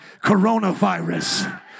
coronavirus